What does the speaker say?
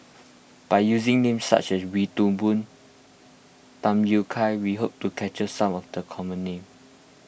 by using names such as Wee Toon Boon Tham Yui Kai we hope to capture some of the common names